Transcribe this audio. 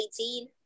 18